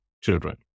children